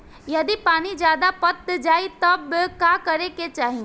यदि पानी ज्यादा पट जायी तब का करे के चाही?